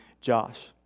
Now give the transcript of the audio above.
Josh